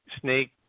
snake